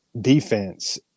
defense